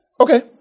Okay